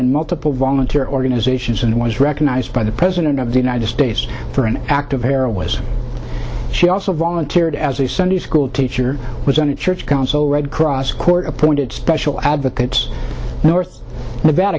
in multiple volunteer organizations and was recognized by the president of the united states for an act of heroism she also volunteered as a sunday school teacher was on a church council red cross court appointed special advocates north of the